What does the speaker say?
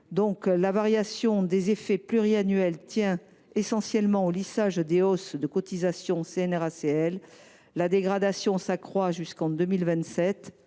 La variation des effets pluriannuels tient essentiellement au lissage des hausses de cotisations CNRACL : la dégradation s’accroît jusqu’en 2027,